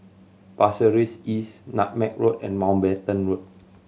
Pasir Ris East Nutmeg Road and Mountbatten Road